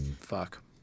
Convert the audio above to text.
fuck